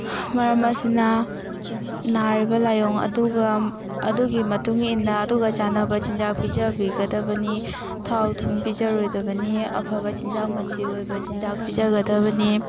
ꯃꯔꯝ ꯑꯁꯤꯅ ꯅꯥꯔꯤꯕ ꯂꯥꯏꯑꯣꯡ ꯑꯗꯨꯒ ꯑꯗꯨꯒꯤ ꯃꯇꯨꯡ ꯏꯟꯅ ꯑꯗꯨꯒ ꯆꯥꯟꯅꯕ ꯆꯤꯟꯖꯥꯛ ꯄꯤꯖꯕꯤꯒꯗꯕꯅꯤ ꯊꯥꯎ ꯊꯨꯝ ꯄꯤꯖꯔꯣꯏꯗꯕꯅꯤ ꯑꯐꯕ ꯆꯤꯟꯖꯥꯛ ꯃꯆꯤ ꯑꯣꯏꯕ ꯆꯤꯟꯖꯥꯛ ꯄꯤꯖꯒꯗꯕꯅꯤ